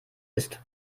ist